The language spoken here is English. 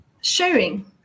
sharing